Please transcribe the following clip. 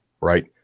right